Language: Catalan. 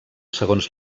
segons